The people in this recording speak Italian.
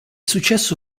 successo